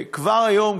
וכבר היום,